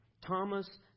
Thomas